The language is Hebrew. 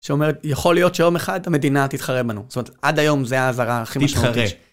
שאומרת, יכול להיות שיום אחד המדינה תתחרה בנו. זאת אומרת, עד היום זה העזרה הכי משמעותית.תתחרה